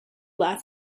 laugh